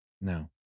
No